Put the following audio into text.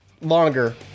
longer